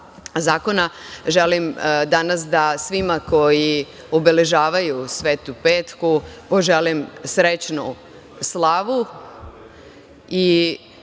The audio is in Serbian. zakona, želim danas da svima koji obeležavaju Svetu Petku poželim srećnu slavu,